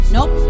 Nope